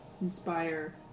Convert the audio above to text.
Inspire